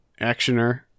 actioner